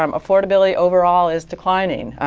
um affordability overall is declining.